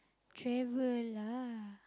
travel lah